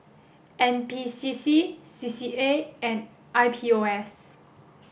N P C C C C A and I P O S